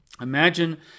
imagine